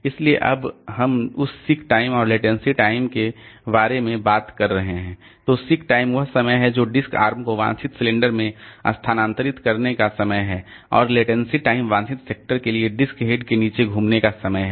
इसलिए जब हम इस सीक टाइम और लेटेंसी टाइम के बारे में बात कर रहे हैं तो सीक टाइम वह समय है जो डिस्क आर्म को वांछित सिलेंडर में स्थानांतरित करने का समय है और लेटेंसी टाइम वांछित सेक्टर के लिए डिस्क हेड के नीचे घूमने का समय है